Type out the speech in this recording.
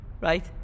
right